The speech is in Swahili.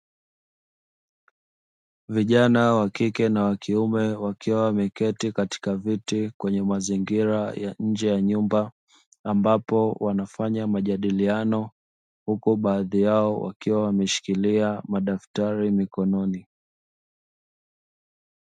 Vijana wakike na wakiume wakiwa wameketi katika viti kwenye mazingira ya nje ya nyumba, ambapo wanafanya majadiliano, huku baadhi yao wakiwa wameshikilia madaftari mikononi.